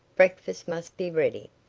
breakfast must be ready.